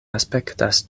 aspektas